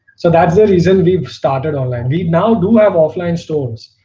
so that's the reason we started online we now do have offline stores.